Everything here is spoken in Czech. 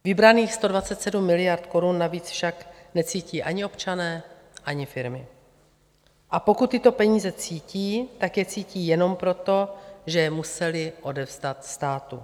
Vybraných 127 miliard korun navíc však necítí ani občané, ani firmy, a pokud tyto peníze cítí, tak je cítí jenom proto, že je museli odevzdat státu.